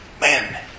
Man